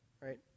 right